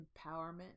empowerment